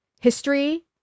history